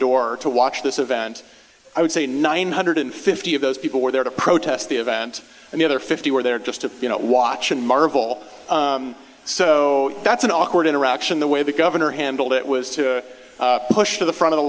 door to watch this event i would say nine hundred fifty of those people were there to protest the event and the other fifty were there just to you know watch and marvel so that's an awkward interaction the way the governor handled it was to push to the front of the